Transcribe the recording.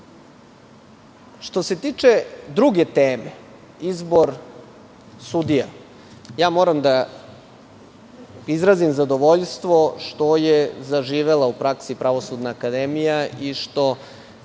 se tiče druge teme, izbor sudija, moram da izrazim zadovoljstvo što je zaživela u praksi Pravosudna akademija, i što